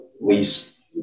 lease